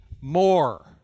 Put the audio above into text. more